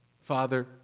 Father